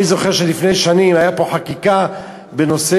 אני זוכר שלפני שנים הייתה פה חקיקה כדי